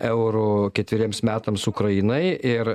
eurų ketveriems metams ukrainai ir